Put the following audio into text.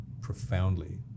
profoundly